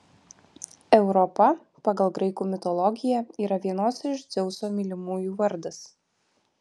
europa pagal graikų mitologiją yra vienos iš dzeuso mylimųjų vardas